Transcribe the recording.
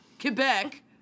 Quebec